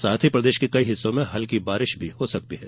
साथ ही प्रदेश के कई हिस्सों में हल्की वर्षा भी हो सकती है